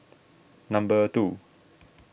number two